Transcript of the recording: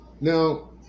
now